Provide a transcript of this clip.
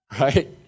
Right